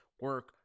Work